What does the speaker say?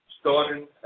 Starting